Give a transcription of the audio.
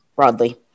broadly